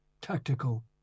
tactical